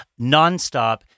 nonstop